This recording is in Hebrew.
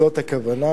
זאת הכוונה,